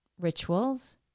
rituals